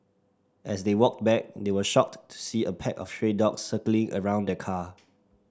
as they walked back they were shocked to see a pack of stray dogs circling around the car